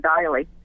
Daily